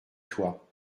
toi